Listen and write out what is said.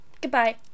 Goodbye